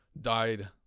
died